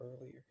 earlier